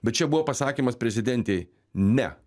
bet čia buvo pasakymas prezidentei ne